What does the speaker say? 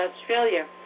Australia